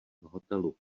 hotelu